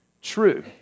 true